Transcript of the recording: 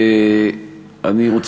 אני פה.